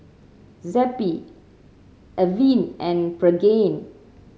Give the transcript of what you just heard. Zappy Avene and Pregain